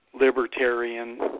libertarian